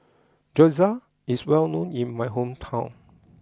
Gyoza is well known in my hometown